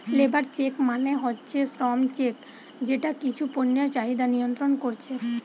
labour check মানে হচ্ছে শ্রম চেক যেটা কিছু পণ্যের চাহিদা নিয়ন্ত্রণ কোরছে